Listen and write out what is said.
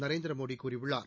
நரேந்திரமோடி கூறியுள்ளார்